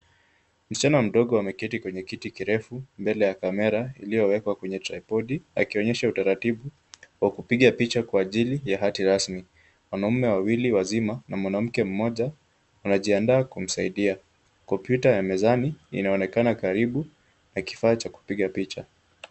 Msichana mdogo ameketi kwenye kiti kirefu mbele ya kamera iliyowekwa kwenye tripodi akionyesha utaratibu wa kupiga picha kwa ajili ya hati rasmi. Wanaume wawili wazima na mwanamke mmoja wanajiandaa kumsaidia. Kompyuta ya mezani inaonekana karibu na kifaa cha kupiga picha.